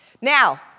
Now